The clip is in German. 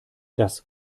das